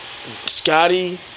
Scotty